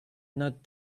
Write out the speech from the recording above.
not